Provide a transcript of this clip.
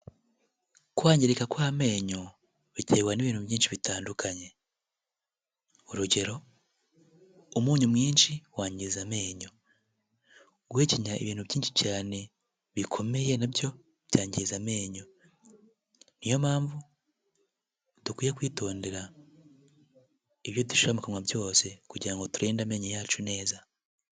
Kwangirika kw'amenyo biterwa n'ibintu byinshi bitandukanye urugero umunyu mwinshi wangiza amenyo, guhekenya ibintu byinshi cyane bikomeye nabyo byangiza amenyo niyo mpamvu dukwiye kwitondera ibyo dushira mu kanwa byose kugira ngo turinde amenyo yacu neza.